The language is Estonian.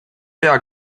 pea